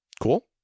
Cool